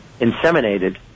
inseminated